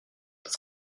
das